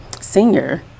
senior